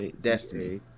destiny